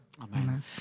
Amen